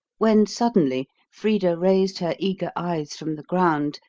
when suddenly frida raised her eager eyes from the ground,